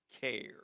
care